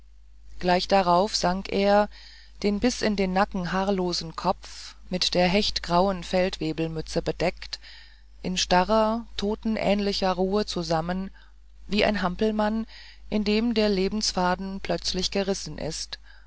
gleich darauf sank er den bis in den nacken haarlosen kopf mit der hechtgrauen feldwebelmütze bedeckt in starrer totenähnlicher ruhe zusammen wie ein hampelmann in dem der lebensfaden plötzlich gerissen ist